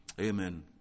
Amen